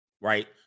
right